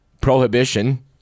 Prohibition